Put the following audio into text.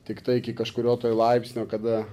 tiktai iki kažkurio laipsnio kada